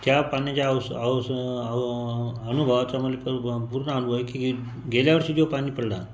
त्या पाण्याच्या अवस् अवसं अव अनुभवाचा मला कल पूर्ण अनुभव आहे की गेल्या वर्षी जो पाणी पडला